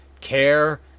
care